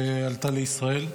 כשעלתה לישראל,